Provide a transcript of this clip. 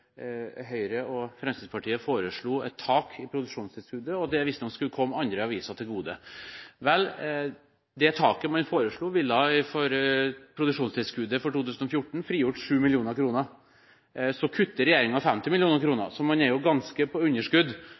det visstnok skulle komme andre aviser til gode. Vel, det taket man foreslo, ville for produksjonstilskuddet for 2014 frigjort 7 mill. kr. Så kutter regjeringen 50 mill. kr, så man er jo ganske i underskudd